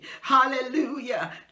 hallelujah